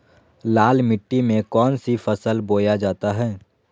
लाल मिट्टी में कौन सी फसल बोया जाता हैं?